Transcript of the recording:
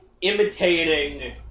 imitating